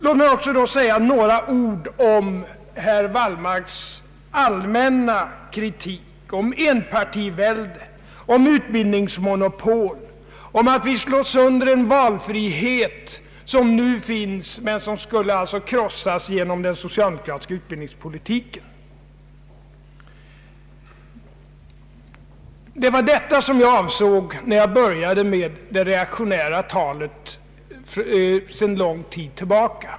Låt mig också säga några ord om herr Wallmarks allmänna kritik mot enpartivälde, mot utbildningsmonopol och mot att vi slår sönder den valfrihet som nu finns men som alltså skulle krossas genom den socialdemokratiska utbildningspolitiken. Det var detta jag avsåg när jag sade, att ett så reaktionärt tal har vi inte hört sedan mycket lång tid tillbaka.